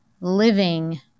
living